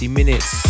minutes